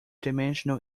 dimensional